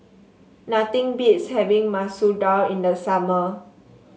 nothing beats having Masoor Dal in the summer